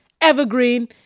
evergreen